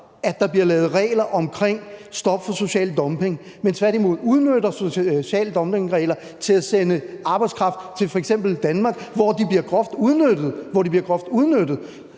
at der bliver lavet regler omkring stop for social dumping. Landet udnytter tværtimod social dumping-regler til at sende arbejdskraft til f.eks. Danmark, hvor den bliver groft udnyttet.